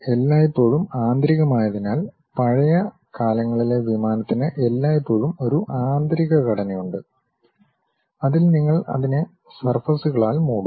എല്ലായ്പ്പോഴും ആന്തരികമായതിനാൽ പഴയ കാലങ്ങളിലെ വിമാനത്തിന് എല്ലായ്പ്പോഴും ഒരു ആന്തരിക ഘടനയുണ്ട് അതിൽ നിങ്ങൾ അതിനെ സർഫസ്കളാൽ മൂടും